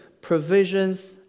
provisions